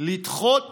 כדי לדחות